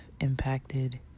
impacted